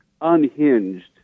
unhinged